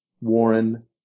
Warren